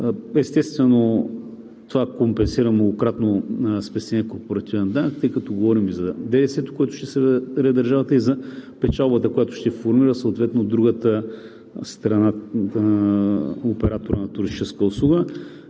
Естествено, това компенсира многократно спестения корпоративен данък, тъй като говорим за действието, което ще събере държавата, и за печалбата, която ще формира съответно другата страна – оператор на туристическа услуга.